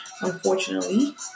unfortunately